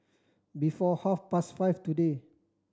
before half past five today